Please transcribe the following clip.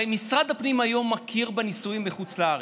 הרי משרד הפנים היום מכיר בנישואים בחוץ לארץ.